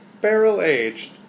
barrel-aged